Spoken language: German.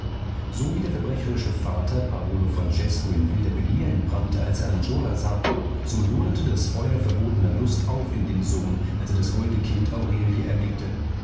so wie der verbrecherische vater paolo francesko in wilder begier entbrannte als er angiola sah so loderte das feuer verbotener lust auf in dem sohn als er das holde kind aurelie erblickte